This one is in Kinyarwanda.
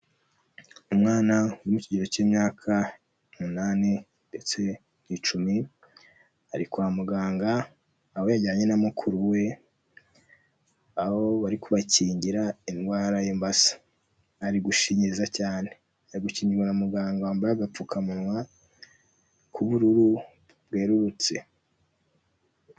Umwana mu kigero cy'imyaka umunani ndetse n'icumi, ari kwa muganga aho yajyanye na mukuru we aho bari kubakingira indwara y'imbasa, ari gushinyiriza cyane ari gukingirwa na muganga wambaye agapfukamunwa k'ubururu bwerurutse.